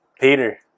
Peter